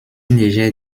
légère